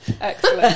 excellent